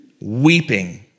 weeping